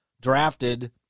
drafted